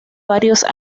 varios